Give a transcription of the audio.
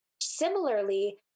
Similarly